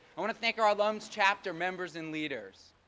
i want to thank our alums, chapter members and leaders.